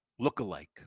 lookalike